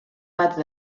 bat